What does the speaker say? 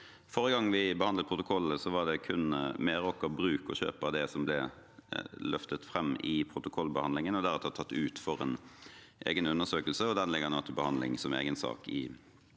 Forrige gang vi behandlet protokollene, var det kun Meraker Brug og kjøpet av det som ble løftet fram i protokollbehandlingen og deretter tatt ut for en egen undersøkelse, og den ligger nå til behandling som en egen sak i kontrollkomiteen.